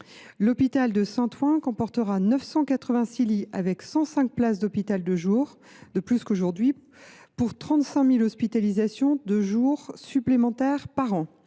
L’hôpital de Saint Ouen comportera 986 lits, avec 105 places d’hôpital de jour de plus qu’aujourd’hui, permettant 35 000 hospitalisations de jour supplémentaires par an.